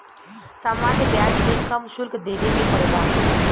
सामान्य ब्याज में कम शुल्क देबे के पड़ेला